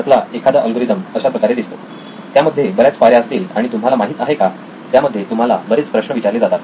त्यातला एखादा अल्गोरिदम अशाप्रकारे दिसतो त्यामध्ये बऱ्याच पायऱ्या असतील आणि तुम्हाला माहित आहे का त्यामध्ये तुम्हाला बरेच प्रश्न विचारले जातात